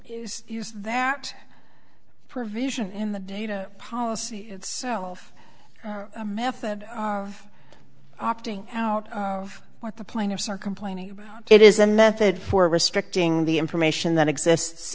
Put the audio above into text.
that provision in the data policy itself a method of opting out of what the plaintiffs are complaining it is a method for restricting the information that exists